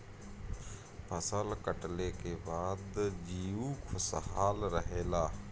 फसल कटले के बाद जीउ खुशहाल रहेला